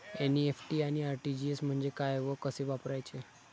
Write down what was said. NEFT आणि RTGS म्हणजे काय व कसे वापरायचे?